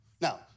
Now